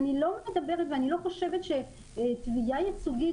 ואני לא מדברת ואני לא חושבת שתביעה ייצוגית,